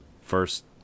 first